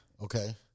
Okay